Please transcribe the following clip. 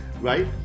right